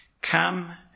Come